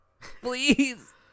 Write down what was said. Please